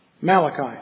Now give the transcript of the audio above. Malachi